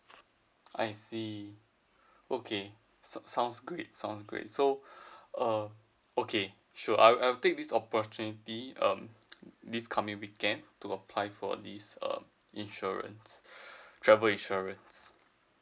I see okay sound sounds great sounds great so uh okay sure I'll I'll take this opportunity um this coming weekend to apply for this uh insurance travel insurance